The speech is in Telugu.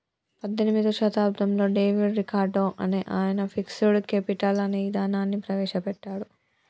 పద్దెనిమిదో శతాబ్దంలో డేవిడ్ రికార్డో అనే ఆయన ఫిక్స్డ్ కేపిటల్ అనే ఇదానాన్ని ప్రవేశ పెట్టాడు